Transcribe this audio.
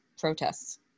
protests